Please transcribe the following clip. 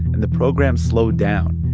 and the program slowed down.